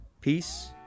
Peace